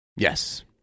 Yes